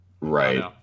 right